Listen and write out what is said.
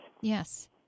Yes